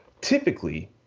Typically